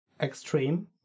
extreme